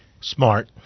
Smart